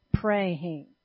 praying